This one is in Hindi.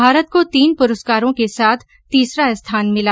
भारत को तीन पुरस्कारों के साथ तीसरा स्थान मिला